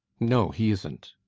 no, he isn't.